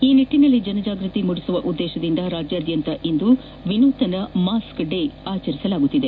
ಈ ನಿಟ್ಟನಲ್ಲಿ ಜನಜಾಗೃತಿ ಮೂಡಿಸುವ ಉದ್ದೇಶದಿಂದ ರಾಜ್ಯದ್ಧಂತ ಇಂದು ವಿನೂತನ ಮಾಸ್ಕೆ ಡೇ ಆಚರಿಸಲಾಗುತ್ತದೆ